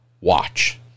watch